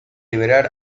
liberar